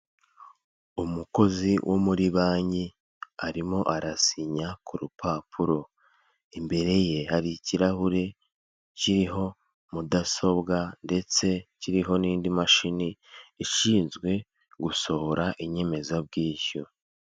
Umukozi wo muri banki arimo arasinya ku rupapuro, imbere ye hari ikirahure kiriho mudasobwa ndetse kiriho n'indi mashini, ishinzwe gusohora inyemezabwishyu.